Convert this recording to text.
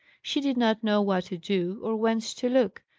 she did not know what to do, or where to look.